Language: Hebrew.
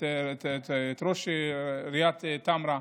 גם את ראש עיריית טמרה,